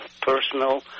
personal